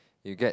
you get